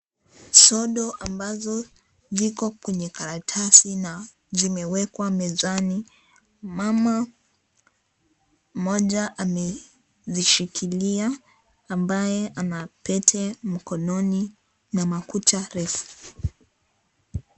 Sodo ambazo ziko kwenye karatasi na zimewekwa mezani. Mama mmoja amezishikilia ambaye ana pete mkononi na makucha refu.